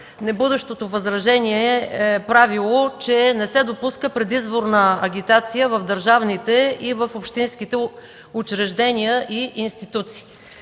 небудещото възражение правило, че не се допуска предизборна агитация в държавните, в общинските учреждения и институции.